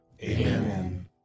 Amen